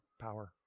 power